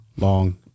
long